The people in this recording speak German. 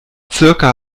circa